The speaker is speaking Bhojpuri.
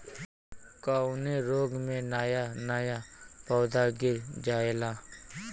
कवने रोग में नया नया पौधा गिर जयेला?